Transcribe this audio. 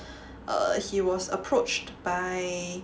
err he was approached by